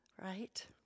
Right